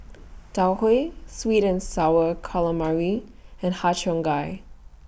Tau Huay Sweet and Sour Calamari and Har Cheong Gai